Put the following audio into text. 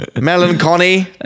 Melancholy